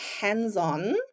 hands-on